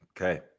Okay